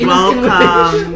Welcome